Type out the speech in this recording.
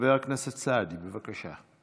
חבר הכנסת סעדי, בבקשה.